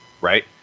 right